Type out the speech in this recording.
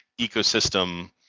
ecosystem